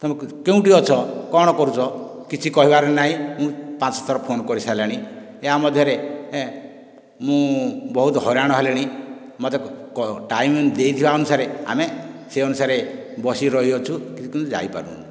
ତୁମେ କେଉଁଠି ଅଛ କଣ କରୁଛ କିଛି କହିବାର ନାହିଁ ମୁଁ ପାଞ୍ଚ ଥର ଫୋନ୍ କରିସାରିଲିଣି ଏହା ମଧ୍ୟରେ ମୁଁ ବହୁତ ହଇରାଣ ହେଲିଣି ମୋତେ ଟାଇମ୍ ଦେଇଥିବା ଅନୁସାରେ ଆମେ ସେହି ଅନୁସାରେ ବସିକି ରହିଅଛୁ କିଛି କିନ୍ତୁ ଯାଇପରୁନୁ